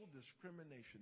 discrimination